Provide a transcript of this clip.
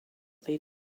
they